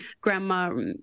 grandma